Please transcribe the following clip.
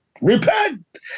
repent